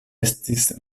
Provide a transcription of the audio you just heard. estis